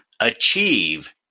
achieve